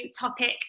topic